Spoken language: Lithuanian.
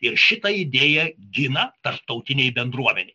ir šitą idėją gina tarptautinėj bendruomenėj